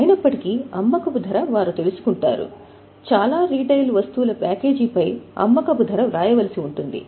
అయినప్పటికీ అమ్మకపు ధర వారు తెలుసుకుంటారు చాలా రిటైల్ వస్తువుల ప్యాకేజీపై అమ్మకపు ధర వ్రాయవలసి ఉంటుంది